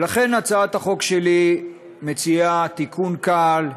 ולכן הצעת החוק שלי מציעה תיקון קל,